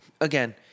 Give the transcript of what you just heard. again